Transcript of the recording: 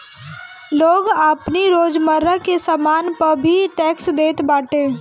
लोग आपनी रोजमर्रा के सामान पअ भी टेक्स देत बाटे